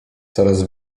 coraz